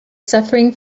suffering